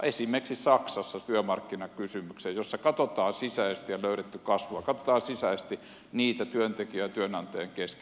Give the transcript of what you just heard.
esimerkiksi saksassa työmarkkinakysymyksiä katsotaan sisäisesti ja on löydetty kasvua katsotaan sisäisesti niitä kysymyksiä työntekijöiden ja työnantajan kesken